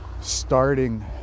starting